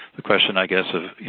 the question, i guess, ah